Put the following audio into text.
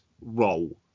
role